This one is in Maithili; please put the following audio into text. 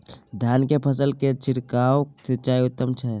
धान की फसल के लिये छिरकाव सिंचाई उत्तम छै?